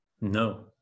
No